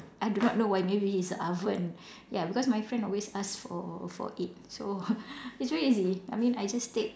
I do not know why maybe it's the oven ya because my friend always ask for for it so it's very easy I mean I just take